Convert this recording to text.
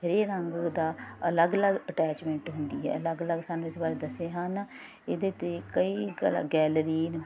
ਹਰੇਕ ਰੰਗ ਦਾ ਅਲੱਗ ਅਲੱਗ ਅਟੈਚਮੈਂਟ ਹੁੰਦੀ ਹੈ ਅਲੱਗ ਅਲੱਗ ਸਾਨੂੰ ਇਸ ਬਾਰੇ ਦੱਸਦੇ ਹਨ ਇਹ ਤਾਂ ਕਈ ਕਲਾ ਗੈਲਰੀ